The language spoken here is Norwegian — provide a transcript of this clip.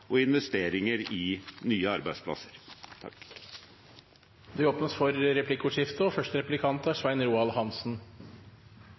og investeringer i nye arbeidsplasser. Det blir replikkordskifte.